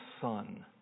son